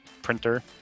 printer